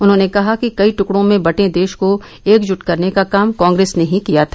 उन्होंने कहा कि कई ट्कड़ों में बंटे देश को एकजुट करने का काम कांग्रेस ने ही किया था